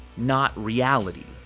not reality.